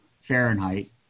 Fahrenheit